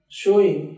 showing